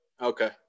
Okay